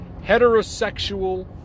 heterosexual